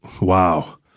wow